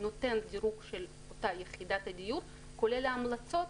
נותן דירוג של אותה יחידת דיור כולל ההמלצות